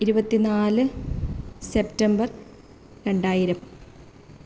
ഇരുപത്തിനാല് സെപ്റ്റംബര് രണ്ടായിരം